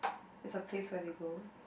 it's the place where they go